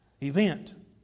event